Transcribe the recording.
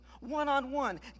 one-on-one